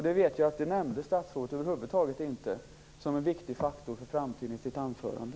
Detta nämnde statsrådet över huvud taget inte som en viktig faktor för framtiden i sitt anförande.